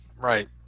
right